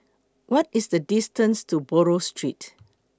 What IS The distance to Buroh Street